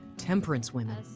temperance women,